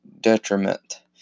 detriment